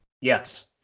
yes